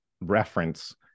reference